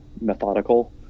methodical